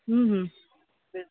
ॾिस